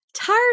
Tired